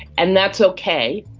and that's okay,